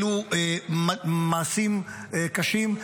אלו מעשים קשים.